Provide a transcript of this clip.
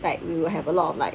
like we will have a lot of like